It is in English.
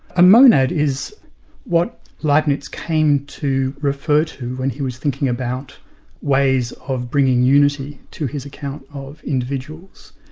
a monad is what leibnitz came to refer to when he was thinking about ways of bringing unity to his account of individuals,